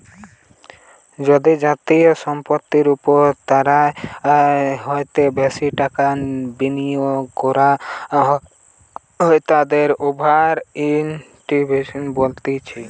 যদি যাবতীয় সম্পত্তির ওপর তার হইতে বেশি টাকা বিনিয়োগ করা হয় তাকে ওভার ইনভেস্টিং বলতিছে